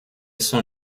son